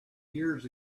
years